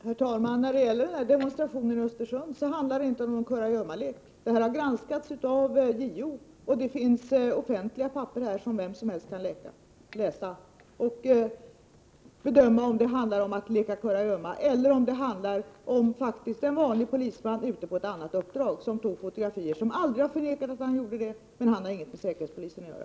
Herr talman! När det gäller fallet med demonstrationen i Östersund handlar det inte om någon kurragömmalek. Detta ärende har granskats av JO, och det finns offentliga papper som vem som helst kan läsa — och bedöma ifall det handlar om att leka kurragömma eller om en vanlig polisman ute på ett annat uppdrag som tog fotografier. Polismannen har aldrig förnekat att han tog fotografier, men han har inget med säkerhetspolisen att göra.